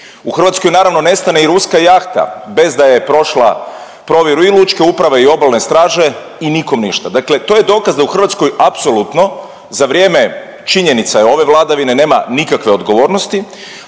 U Hrvatskoj, naravno, nestane i ruska jahta bez da je prošla provjeru i lučke uprave i obalne strane i nikom ništa. Dakle to je dokaz da u Hrvatskoj apsolutno za vrijeme, činjenica je, ove vladavine, nema nikakve odgovornosti,